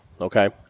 Okay